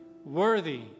Worthy